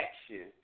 action